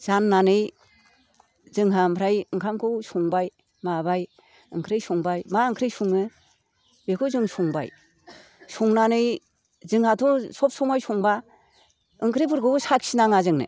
जाननानै जोंहा ओमफ्राय ओंखामखौ संबाय माबाय ओंख्रि संबाय मा ओंख्रि सङो बेखौ जों संबाय संनानै जोंहाथ' सब समाय संबा ओंख्रिफोरखौबो साखि नाङा जोंनो